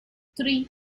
three